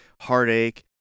heartache